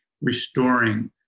restoring